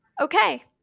okay